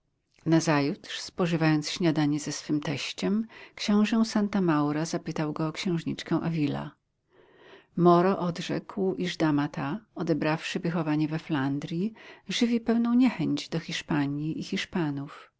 nazajutrz spożywając śniadanie ze swym teściem książę santa maura zapytał go o księżniczkę avila moro odrzekł iż dama ta odebrawszy wychowanie we flandrii żywi pewną niechęć do hiszpanii i hiszpanów